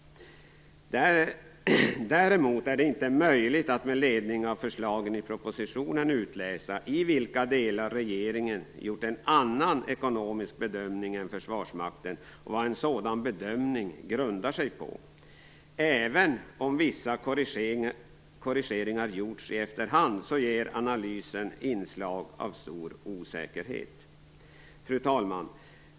Däremot är det inte möjligt att med ledning av förslagen i propositionen utläsa i vilka delar regeringen gjort en annan ekonomisk bedömning än Försvarsmakten, och vad en sådan bedömning grundar sig på. Även om vissa korrigeringar gjorts i efterhand ger analysen inslag av stor osäkerhet. Fru talman!